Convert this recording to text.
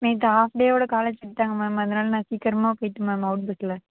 நேற்று ஹாஃப் டேயோடு காலேஜ் விட்டாங்க மேம் அதனால நான் சீக்கிரமாக போய்விட்டேன் மேம் அவுட் பஸ்சில்